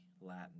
Latin